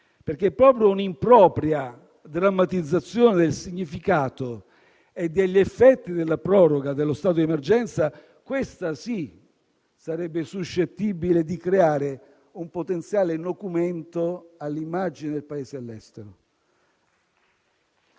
perché proprio un'impropria drammatizzazione del significato e degli effetti della proroga dello stato di emergenza - questa sì - sarebbe suscettibile di creare un potenziale nocumento all'immagine del Paese all'estero.